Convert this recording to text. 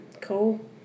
Cool